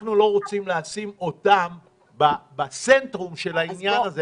אנחנו לא רוצים לשים את המשטרה במרכז העניין הזה.